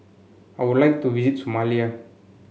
I would like to visit Somalia